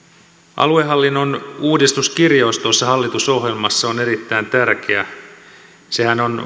aluehallinnon uudistuskirjaus tuossa hallitusohjelmassa on erittäin tärkeä sehän on